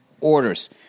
orders